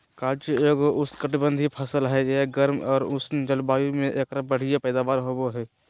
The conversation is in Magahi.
काजू एगो उष्णकटिबंधीय फसल हय, गर्म आर उष्ण जलवायु मे एकर बढ़िया पैदावार होबो हय